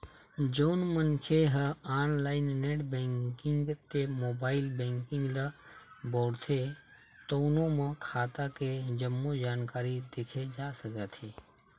जउन मनखे ह ऑनलाईन नेट बेंकिंग ते मोबाईल बेंकिंग ल बउरथे तउनो म खाता के जम्मो जानकारी देखे जा सकथे